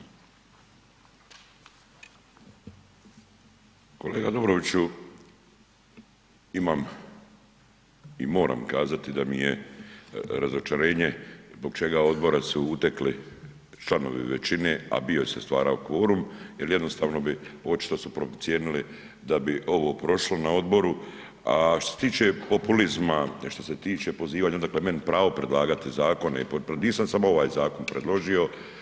Kolega Dobroviću, imam i moram kazati da mi je razočarenje zbog čega odbora su utekli članovi većine, a bio se stvarao kvorum jer jednostavno bi očiti su procijenili da bi ovo prošlo na odboru, a što se tiče populizma, što se tiče pozivanja odakle meni pravo predlagati zakone i …/nerazumljivo/… nisam samo ovaj zakon predložio.